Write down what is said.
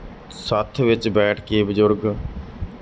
ਸੱਥ ਵਿੱਚ ਬੈਠ ਕੇ ਬਜ਼ੁਰਗ